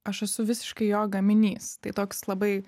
aš esu visiškai jo gaminys tai toks labai